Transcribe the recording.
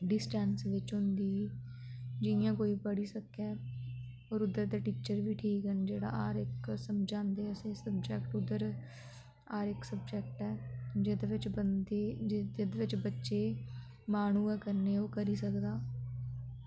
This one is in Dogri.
डिस्टैंस बिच्च होंदी जियां कोई पढ़ी सकै होर उद्धर दे टीचर बी ठीक न जेह्ड़ा हर इक समझांदे असें ई सब्जैक्ट उद्धर हर इक सब्जैक्ट ऐ जेह्दे बिच्च बंदे जेह्दे बिच्च बच्चे मन होऐ करने ओह् करी सकदा